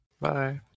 Bye